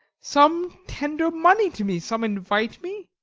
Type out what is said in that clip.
some tender money to me, some invite me,